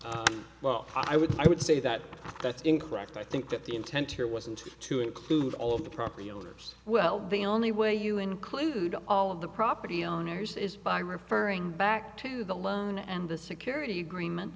would i would say that that's incorrect i think that the intent here wasn't to include all of the property owners well the only way you include all of the property owners is by referring back to the loan and the security agreement